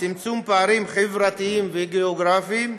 צמצום פערים חברתיים וגאוגרפיים,